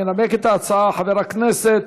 ינמק את ההצעה חבר הכנסת